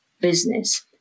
business